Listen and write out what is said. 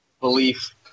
belief